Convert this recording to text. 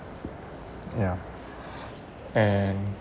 yeah and